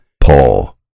paul